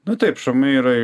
nu taip šamai yra